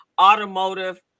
automotive